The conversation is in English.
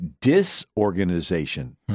disorganization